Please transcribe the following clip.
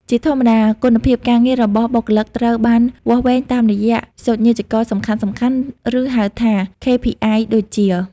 ជាធម្មតា គុណភាពការងាររបស់បុគ្គលិកត្រូវបានវាស់វែងតាមរយៈសូចនាករសំខាន់ៗ ឬហៅថា KPI ដូចជា៖